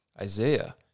Isaiah